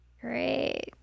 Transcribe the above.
Great